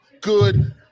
Good